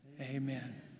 Amen